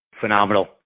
Phenomenal